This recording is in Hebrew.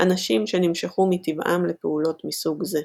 אנשים שנמשכו מטבעם לפעולות מסוג זה.